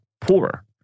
poorer